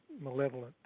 malevolent